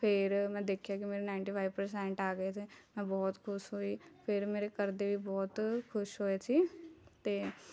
ਫਿਰ ਮੈਂ ਦੇਖਿਆ ਕਿ ਮੇਰੇ ਨਾਈਟੀ ਫਾਈਵ ਪ੍ਰਸੈਂਟ ਆ ਗਏ ਅਤੇ ਮੈਂ ਬਹੁਤ ਖੁਸ਼ ਹੋਈ ਫਿਰ ਮੇਰੇ ਘਰ ਦੇ ਵੀ ਬਹੁਤ ਖੁਸ਼ ਹੋਏ ਸੀ ਅਤੇ